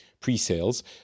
pre-sales